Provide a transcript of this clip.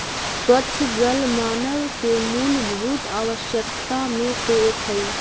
स्वच्छ जल मानव के मूलभूत आवश्यकता में से एक हई